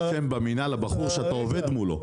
הבחור שאתה עומד מולו.